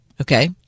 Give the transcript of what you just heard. okay